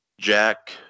Jack